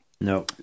No